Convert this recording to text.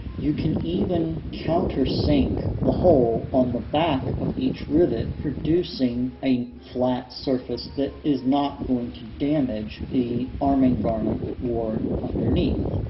you can even countersink the hole on the back of each rivet, producing a flat surface that is not going to damage the arming garment worn underneath.